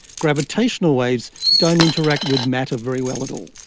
gravitational waves don't interact with matter very well at all.